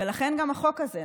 ולכן גם החוק הזה,